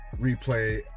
replay